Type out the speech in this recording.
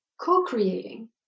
co-creating